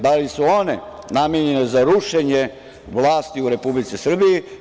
Da li su one namenjene za rušenje vlasti u Republici Srbiji?